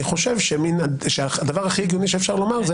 אני חושב שהדבר הכי הגיוני שאפשר לומר זה